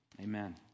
amen